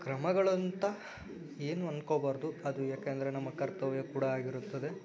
ಕ್ರಮಗಳಂತ ಏನು ಅಂದ್ಕೋಬಾರ್ದು ಅದು ಏಕೆಂದರೆ ನಮ್ಮ ಕರ್ತವ್ಯ ಕೂಡ ಆಗಿರುತ್ತದೆ